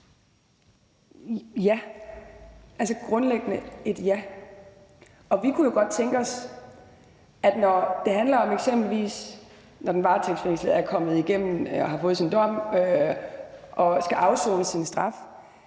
Ja, grundlæggende ja. Og vi kunne jo godt tænke os, at man, når det eksempelvis handler om, at den varetægtsfængslede er kommet igennem og har fået sin dom og skal afsone sin straf,